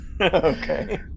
Okay